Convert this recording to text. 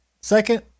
second